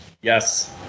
yes